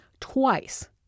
twice